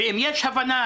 אם יש הבנה